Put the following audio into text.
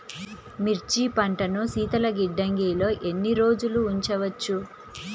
మిర్చి పంటను శీతల గిడ్డంగిలో ఎన్ని రోజులు ఉంచవచ్చు?